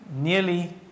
nearly